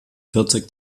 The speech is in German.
vierzig